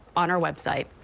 on our website.